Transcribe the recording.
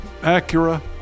Acura